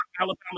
Alabama